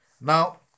Now